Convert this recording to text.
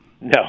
No